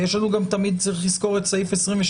צריך לזכור, יש לנו תמיד את סעיף 22(ד)